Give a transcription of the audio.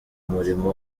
umurimo